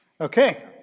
Okay